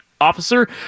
Officer